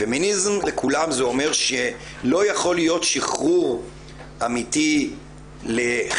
פמיניזם לכולם זה אומר שלא יכול להיות שחרור אמיתי לחלק